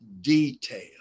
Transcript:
detail